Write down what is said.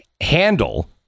handle